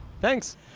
Thanks